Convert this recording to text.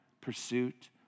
pursuit